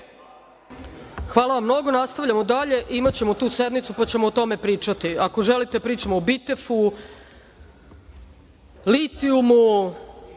Hvala vam mnogo, nastavljamo dalje. Imaćemo tu sednicu, pa ćemo o tome pričati. Ako želite da pričamo o Bitefu, litijumu,